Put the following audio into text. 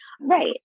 Right